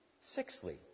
Sixthly